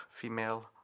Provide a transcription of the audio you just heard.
female